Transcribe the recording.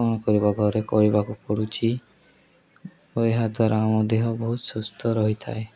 କ'ଣ କରିବା ଘରେ କରିବାକୁ ପଡ଼ୁଛିି ଏହାଦ୍ୱାରା ମଧ୍ୟ ଦେହ ବହୁତ ସୁସ୍ଥ ରହିଥାଏ